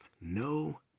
no